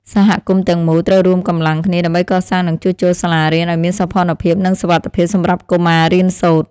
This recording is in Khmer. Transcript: សហគមន៍ទាំងមូលត្រូវរួមកម្លាំងគ្នា ដើម្បីកសាងនិងជួសជុលសាលារៀនឱ្យមានសោភ័ណភាពនិងសុវត្ថិភាពសម្រាប់កុមាររៀនសូត្រ។